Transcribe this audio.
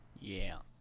yeah,